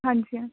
ਹਾਂਜੀ